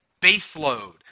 baseload